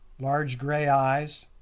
large grey eyes,